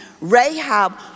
Rahab